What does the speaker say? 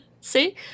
See